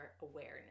Awareness